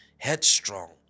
headstrong